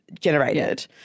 generated